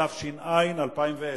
התש"ע 2010,